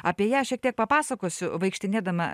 apie ją šiek tiek papasakosiu vaikštinėdama